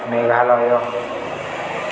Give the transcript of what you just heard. Meghalaya